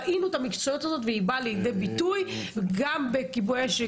ראינו את המקצועיות הזאת והיא באה לידי ביטוי גם בכיבוי האש,